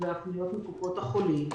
והפניות מקופות החולים.